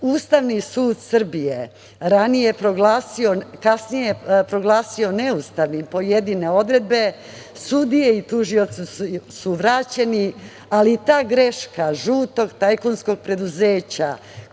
Ustavni sud Srbije kasnije je proglasio neustavnim pojedine odredbe, sudije i tužioci su vraćeni, ali ta greška žutog tajkunskog preduzeća